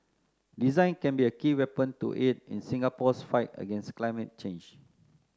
design can be a key weapon to aid in Singapore's fight against climate change